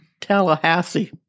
Tallahassee